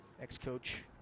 Ex-coach